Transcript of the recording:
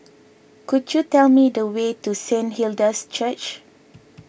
could you tell me the way to Saint Hilda's Church